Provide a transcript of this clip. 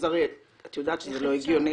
שהרי את יודעת שזה לא הגיוני,